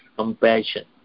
Compassion